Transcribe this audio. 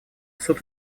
суд